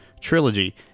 trilogy